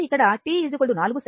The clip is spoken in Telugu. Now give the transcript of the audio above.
కాబట్టి ఇక్కడ t 4 సెకన్లు ఉంచండి